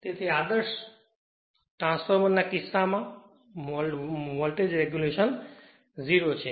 તેથી તે કિસ્સામાં આદર્શ ટ્રાન્સફોર્મર માટે રેગ્યુલેશન 0 છે